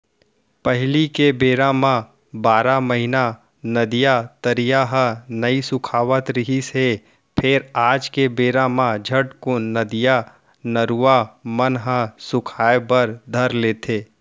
पहिली के बेरा म बारह महिना नदिया, तरिया ह नइ सुखावत रिहिस हे फेर आज के बेरा म झटकून नदिया, नरूवा मन ह सुखाय बर धर लेथे